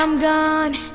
um gone.